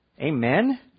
Amen